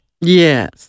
Yes